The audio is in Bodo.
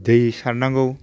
दै सारनांगौ